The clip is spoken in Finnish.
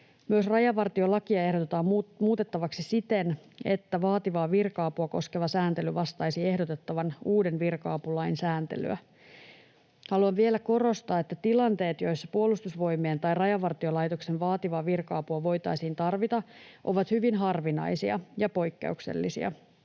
Myös rajavartiolakia ehdotetaan muutettavaksi siten, että vaativaa virka-apua koskeva sääntely vastaisi ehdotettavan uuden virka-apulain sääntelyä. Haluan vielä korostaa, että tilanteet, joissa Puolustusvoimien tai Rajavartiolaitoksen vaativaa virka-apua voitaisiin tarvita, ovat hyvin harvinaisia ja poikkeuksellisia.